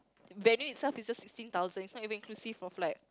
venue itself is just sixteen thousand it's not even inclusive of like